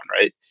right